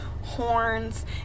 horns